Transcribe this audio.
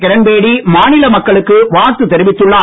கிரண்பேடி மாநில மக்களுக்கு வாழ்த்து தெரிவித்துள்ளார்